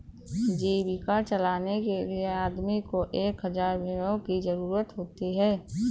जीविका चलाने के लिए आदमी को एक हज़ार भेड़ों की जरूरत होती है